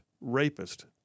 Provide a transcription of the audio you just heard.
rapist